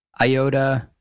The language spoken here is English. IOTA